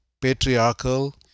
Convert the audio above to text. patriarchal